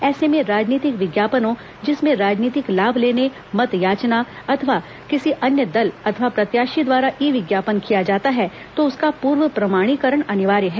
ऐसे में राजनीतिक विज्ञापनों जिसमें राजनीतिक लाभ लेने मतयाचना अथवा किसी अन्य दल अथवा प्रत्याशी द्वारा ई विज्ञापन किया जाता है तो उसका पूर्व प्रमाणीकरण अनिवार्य है